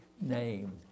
name